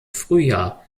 frühjahr